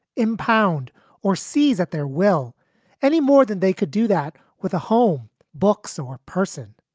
impound or seize that there will any more than they could do that with a home box or person.